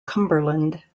cumberland